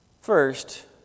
First